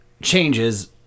changes